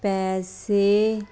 ਪੈਸੇ